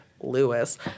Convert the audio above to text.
Lewis